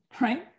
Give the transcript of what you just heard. right